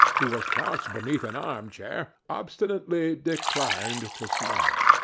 who was crouched beneath an arm-chair, obstinately declined to smell.